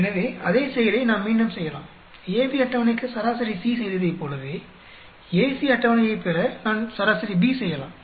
எனவே அதே செயலை நாம் மீண்டும் செய்யலாம் AB அட்டவணைக்கு சராசரி C செய்ததைப் போலவே AC அட்டவணையைப் பெற நான் சராசரி B செய்யலாம்